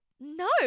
no